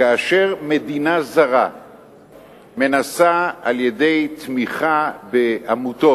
כאשר מדינה זרה מנסה, על-ידי תמיכה בעמותות